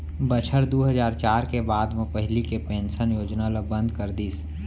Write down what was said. बछर दू हजार चार के बाद म पहिली के पेंसन योजना ल बंद कर दिस